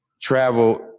travel